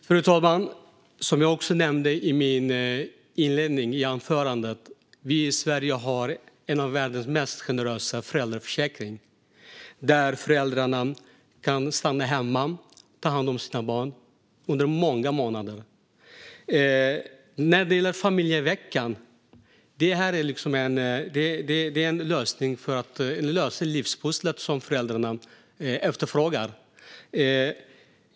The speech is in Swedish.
Fru talman! Som jag nämnde i inledningen av anförandet har vi i Sverige en av världens mest generösa föräldraförsäkringar. Föräldrarna kan stanna hemma och ta hand som sina barn under många månader. Familjeveckan är en lösning på livspusslet som föräldrar efterfrågar.